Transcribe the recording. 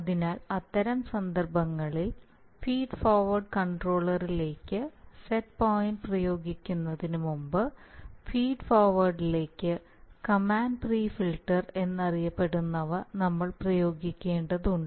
അതിനാൽ അത്തരം സന്ദർഭങ്ങളിൽ ഫീഡ് ഫോർവേർഡ് കൺട്രോളറിലേക്ക് സെറ്റ് പോയിൻറ് പ്രയോഗിക്കുന്നതിന് മുമ്പ് ഫീഡ് ഫോർവേർഡിലേക്ക് കമാൻഡ് പ്രീ ഫിൽറ്റർ എന്നറിയപ്പെടുന്നവ നമ്മൾ പ്രയോഗിക്കേണ്ടതുണ്ട്